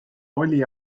oli